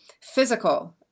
physical